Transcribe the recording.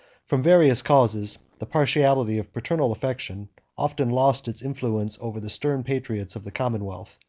from various causes, the partiality of paternal affection often lost its influence over the stern patriots of the commonwealth,